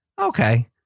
Okay